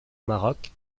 maroc